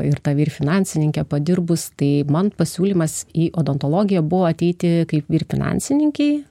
ir ta vyr finansininke padirbus tai man pasiūlymas į odontologiją buvo ateiti kaip vyr finansininkei